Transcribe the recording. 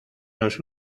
los